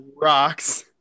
Rocks